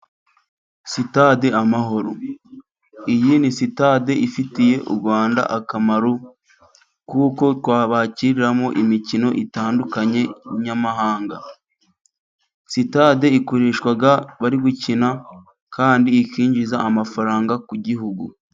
Sitade amahoro iyi ni sitade ifitiye u Rwanda akamaro, kuko bakiriramo imikino itandukanye y'inyamahanga. Sitade ikoreshwa bari gukina , kandi ikinjiza amafaranga ku gihugu.